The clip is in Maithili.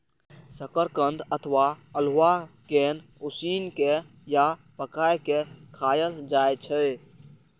शकरकंद अथवा अल्हुआ कें उसिन के या पकाय के खायल जाए छै